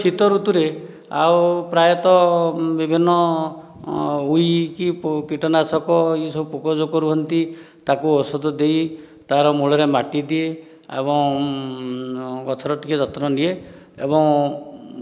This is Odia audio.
ଶୀତ ଋତୁରେ ଆଉ ପ୍ରାୟତଃ ବିଭିନ୍ନ ଉଇ କି କୀଟନାଶକ ଏସବୁ ପୋକ ଜୋକ ରୁହନ୍ତି ତାକୁ ଔଷଧ ଦେଇ ତା ର ମୂଳରେ ମାଟି ଦିଏ ଏବଂ ଗଛର ଟିକେ ଯତ୍ନ ନିଏ ଏବଂ